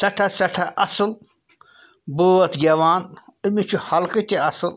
سٮ۪ٹھاہ سٮ۪ٹھاہ اَصٕل بٲتھ گٮ۪وان أمِس چھُ حلقہٕ تہِ اَصٕل